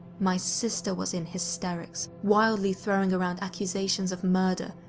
my sister was in hysterics, wildly throwing around accusations of murder,